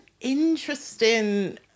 interesting